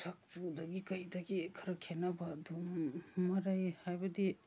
ꯁꯛ ꯆꯨꯗꯒꯤ ꯀꯩꯗꯒꯤ ꯈꯔ ꯈꯦꯠꯅꯕ ꯑꯗꯨꯝ ꯃꯔꯩ ꯍꯥꯏꯕꯗꯤ